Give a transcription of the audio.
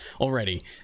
already